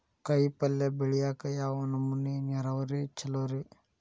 ಕಾಯಿಪಲ್ಯ ಬೆಳಿಯಾಕ ಯಾವ ನಮೂನಿ ನೇರಾವರಿ ಛಲೋ ರಿ?